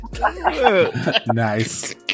Nice